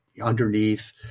underneath